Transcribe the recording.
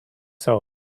soul